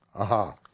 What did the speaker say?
aha,